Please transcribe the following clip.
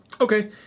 Okay